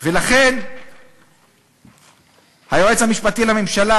ולכן היועץ המשפטי לממשלה,